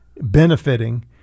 benefiting